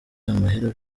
amahera